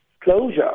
closure